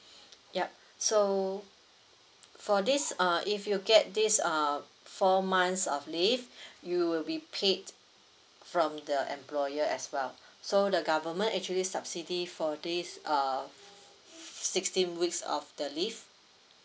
yup so for this uh if you get this uh four months of leave you will be paid from the employer as well so the government actually subsidy for this uh sixteen weeks of the leave